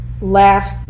laughs